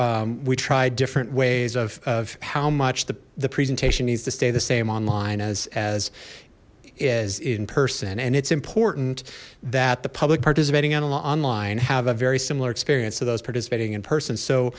we tried different ways of how much the the presentation needs to stay the same online as as is in person and it's important that the public participating enema online have a very similar experience to those participating in persons so